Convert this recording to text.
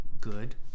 good